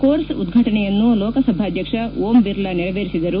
course ಉದ್ಘಾಟನೆಯನ್ನು ಲೋಕಸಭಾಧ್ಯಕ್ಷ ಓಂ ಬಿರ್ಲಾ ನೆರವೇರಿಸಿದರು